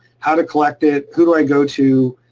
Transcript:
how to collect it? who do i go to?